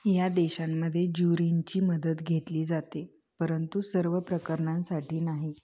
या देशांमध्ये ज्युरींची मदत घेतली जाते परंतु सर्व प्रकरणांसाठी नाही